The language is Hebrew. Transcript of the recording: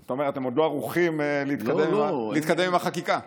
אתה אומר: אתם עוד לא ערוכים להתקדם עם החקיקה.